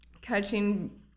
catching